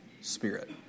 spirit